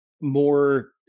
more